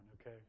okay